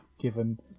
Given